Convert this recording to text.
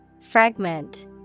Fragment